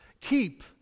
keep